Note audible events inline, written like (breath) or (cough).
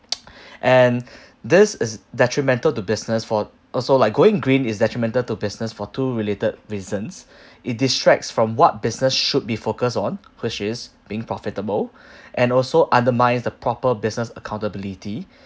(noise) (breath) and (breath) this is detrimental to business for also like going green is detrimental to business for two related reasons (breath) it distracts from what business should be focused on which is being profitable (breath) and also undermines the proper business accountability